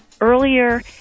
earlier